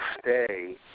stay